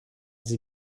sie